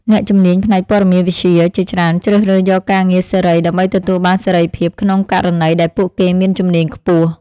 អ្នកជំនាញផ្នែកព័ត៌មានវិទ្យាជាច្រើនជ្រើសរើសយកការងារសេរី ដើម្បីទទួលបានសេរីភាពក្នុងករណីដែលពួកគេមានជំនាញខ្ពស់។